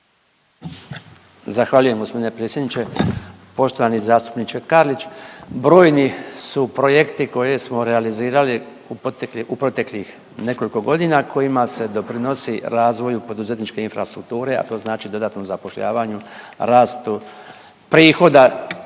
Zahvaljujem gospodine predsjedniče. Poštovani zastupniče Karlić, brojni su projekti koje smo realizirali u proteklih nekoliko godina kojima se doprinosi razvoju poduzetničke infrastrukture, a to znači dodatno zapošljavanju rastu prihoda